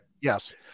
Yes